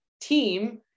team